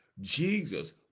Jesus